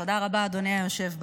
תודה רבה, אדוני היושב בראש.